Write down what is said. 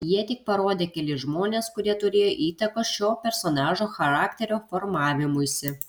jie tik parodė kelis žmones kurie turėjo įtakos šio personažo charakterio formavimuisi